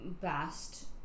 best